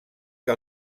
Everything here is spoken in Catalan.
que